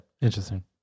interesting